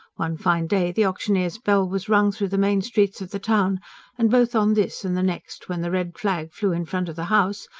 one fine day the auctioneer's bell was rung through the main streets of the town and both on this and the next, when the red flag flew in front of the house,